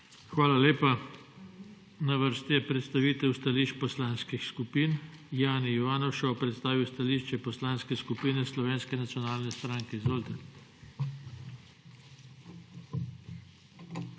Hvala lepa. Na vrsti je predstavitev stališč poslanskih skupin. Jani Ivanuša bo predstavil stališče Poslanske skupine Slovenske nacionalne stranke. Izvolite.